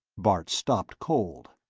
bart stopped cold.